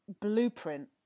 blueprint